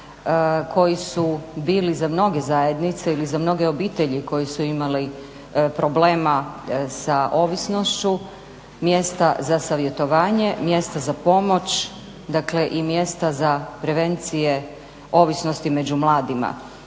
koji su bili za mnoge zajednice ili za mnoge obitelji koje su imale problema sa ovisnošću, mjesta za savjetovanje, mjesta za pomoć, dakle i mjesta za prevencije ovisnosti među mladima.